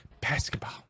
Basketball